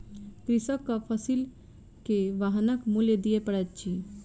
कृषकक फसिल के वाहनक मूल्य दिअ पड़ैत अछि